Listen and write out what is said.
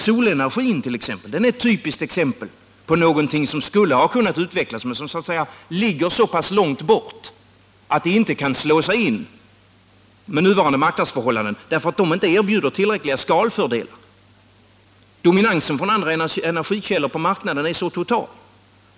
Solenergin är ett typiskt exempel på någonting som skulle ha kunnat utvecklas men som så att säga ligger så pass långt bort att den inte kan slå sig in med nuvande marknadsförhållanden, därför att de inte erbjuder tillräckliga skalfördelar. Dominansen från andra energikällor på marknaden är så total.